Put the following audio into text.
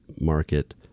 market